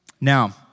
Now